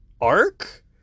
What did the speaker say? arc